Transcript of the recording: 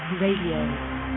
Radio